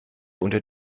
unter